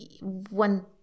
one